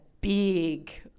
big